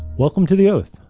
welcome to the oath.